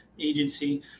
agency